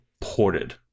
ported